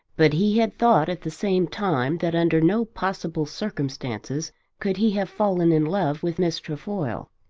but he had thought at the same time that under no possible circumstances could he have fallen in love with miss trefoil.